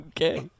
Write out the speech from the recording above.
Okay